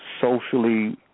socially